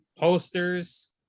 Posters